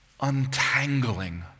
untangling